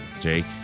Jake